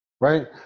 right